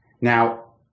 Now